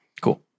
Cool